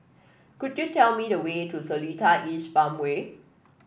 could you tell me the way to Seletar East Farmway